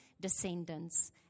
descendants